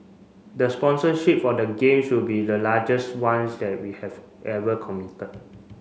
the sponsorship for the Games will be the largest ones that we have ever committed